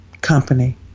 company